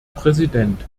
präsident